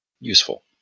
useful